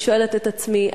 אני שואלת את עצמי,